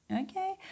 okay